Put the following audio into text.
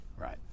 right